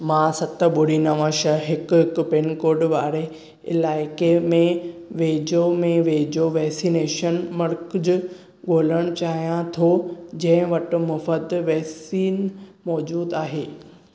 मां सत ॿुड़ी नव छह हिकु हिकु पिनकोड वारे इलाइक़े में वेझे में वेझो वैक्सिनेशन मर्कज़ु ॻोल्हणु चाहियां थो जिंहिं वटि मुफ़्त वैक्सीन मौजूदु आहे